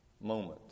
moment